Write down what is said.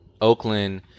Oakland